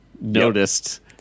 noticed